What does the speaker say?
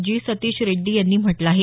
जी सतीश रेड्डी यांनी म्हटलं आहे